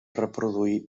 reproduir